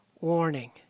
warning